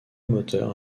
moteurs